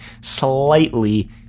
slightly